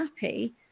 happy